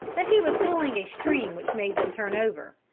that he was pulling a string which made them turn over,